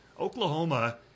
Oklahoma